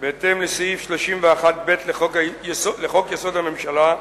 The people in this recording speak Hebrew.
בהתאם לסעיף 31(ב) לחוק-יסוד: הממשלה,